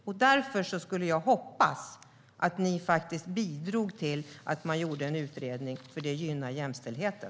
Därför hoppas jag att ni kan bidra till att en utredning görs, för det gynnar jämställdheten.